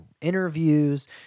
interviews